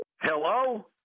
Hello